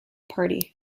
party